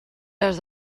les